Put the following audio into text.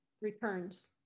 returns